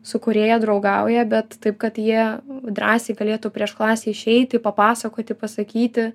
su kūrėja draugauja bet taip kad jie drąsiai galėtų prieš klasę išeiti papasakoti pasakyti